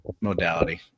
modality